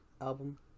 album